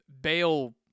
bail